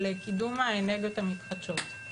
על קידום האנרגיות המתחדשות.